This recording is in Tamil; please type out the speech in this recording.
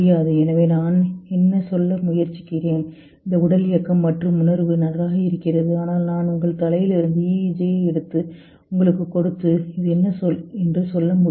எனவே நான் என்ன சொல்ல முயற்சிக்கிறேன் இந்த உடல் இயக்கம் மற்றும் உணர்வு நன்றாக இருக்கிறது ஆனால் நான் உங்கள் தலையிலிருந்து EEG ஐ எடுத்து உங்களுக்கு கொடுத்து இது என்ன சொல் என்று சொல்ல முடியுமா